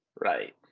right